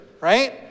right